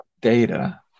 data